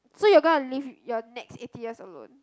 so you're gonna live your next eighty years alone